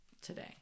today